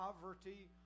Poverty